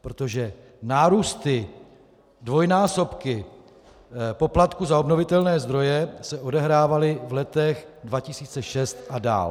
Protože nárůsty, dvojnásobky poplatků za obnovitelné zdroje se odehrávaly v letech 2006 a dál.